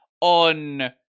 on